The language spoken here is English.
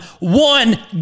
one